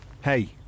Hey